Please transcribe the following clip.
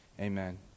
amen